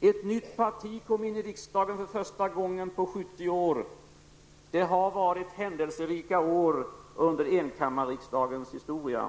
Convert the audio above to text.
Ett nytt parti kom in i riksdagen för första gången på 70 år. Det har varit händelserika år under enkammariksdagens historia.